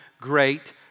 great